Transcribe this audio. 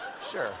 sure